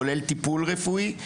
כולל טיפול רפואי,